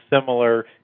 similar